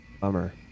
bummer